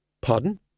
Pardon